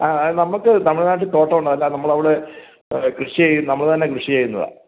നമുക്ക് തമിഴ്നാട്ടില് തോട്ടമുണ്ട് അല്ലാ നമ്മളവിടെ കൃഷി ചെയ്യുന്ന നമ്മൾ തന്നെ കൃഷി ചെയ്യുന്നതാണ്